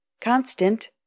CONSTANT